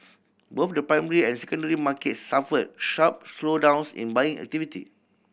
both the primary and secondary markets suffered sharp slowdowns in buying activity